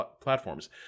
platforms